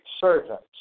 servants